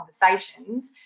conversations